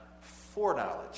foreknowledge